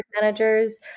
managers